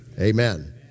Amen